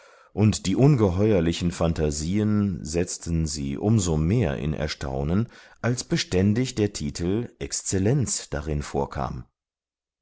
und die ungeheuerlichen phantasien setzten sie um so mehr in erstaunen als beständig der titel exzellenz darin vorkam